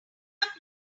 late